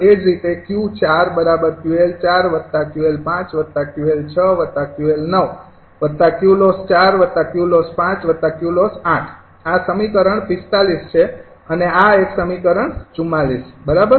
એ જ રીતે આ સમીકરણ ૪૫ છે અને આ એક સમીકરણ ૪૪ બરાબર